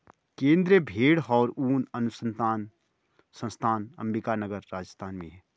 केन्द्रीय भेंड़ और ऊन अनुसंधान संस्थान अम्बिका नगर, राजस्थान में है